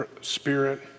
spirit